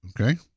okay